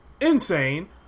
insane